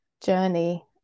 journey